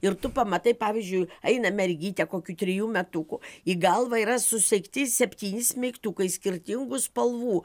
ir tu pamatai pavyzdžiui eina mergytė kokių trijų metukų į galvą yra susegti septyni smeigtukai skirtingų spalvų